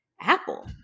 Apple